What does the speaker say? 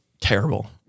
terrible